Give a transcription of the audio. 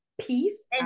peace